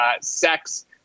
sex